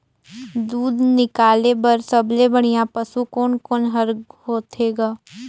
दूध निकाले बर सबले बढ़िया पशु कोन कोन हर होथे ग?